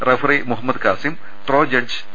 referee Muhammad Kasim throw judge T